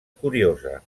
curiosa